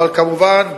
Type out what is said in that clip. וכמובן,